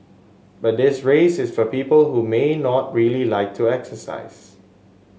but this race is for people who may not really like to exercise